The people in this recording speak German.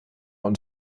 und